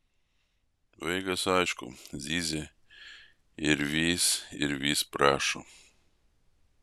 vaikas aišku zyzia ir vis ir vis prašo